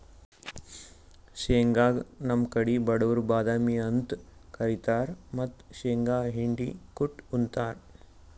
ಶೇಂಗಾಗ್ ನಮ್ ಕಡಿ ಬಡವ್ರ್ ಬಾದಾಮಿ ಅಂತ್ ಕರಿತಾರ್ ಮತ್ತ್ ಶೇಂಗಾ ಹಿಂಡಿ ಕುಟ್ಟ್ ಉಂತಾರ್